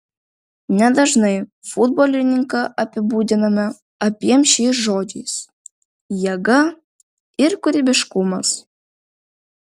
nedažnai futbolininką apibūdiname abiem šiais žodžiais jėga ir kūrybiškumas